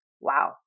wow